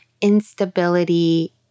instability